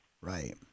Right